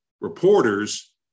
reporters